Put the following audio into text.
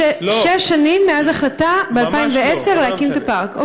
שש שנים, מאז ההחלטה ב-2010 להקים את הפארק.